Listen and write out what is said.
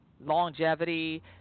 Longevity